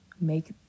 make